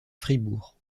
fribourg